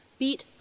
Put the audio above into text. beat